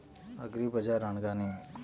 అగ్రిబజార్ అనగా నేమి?